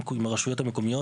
עם הרשויות המקומיות.